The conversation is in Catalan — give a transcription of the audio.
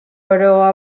però